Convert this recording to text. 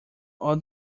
all